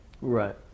Right